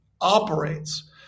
operates